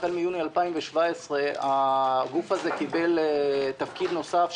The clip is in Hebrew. החל מיוני 2017 הגוף הזה קיבל תפקיד נוסף,